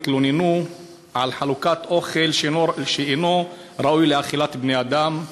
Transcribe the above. חולק אוכל שאינו ראוי למאכל בני-אדם.